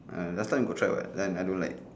uh last time got try [what] then I don't like